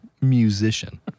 Musician